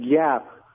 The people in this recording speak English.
gap